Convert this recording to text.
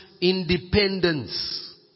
independence